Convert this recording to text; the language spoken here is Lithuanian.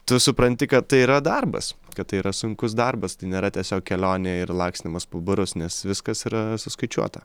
tu supranti kad tai yra darbas kad tai yra sunkus darbas tai nėra tiesiog kelionė ir lakstymas po barus nes viskas yra suskaičiuota